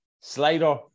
Slider